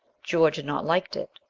george had not liked it.